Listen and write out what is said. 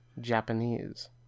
Japanese